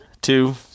two